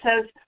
says